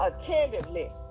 attentively